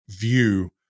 view